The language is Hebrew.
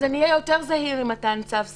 אז אני אהיה יותר זהיר עם מתן צו סגירה.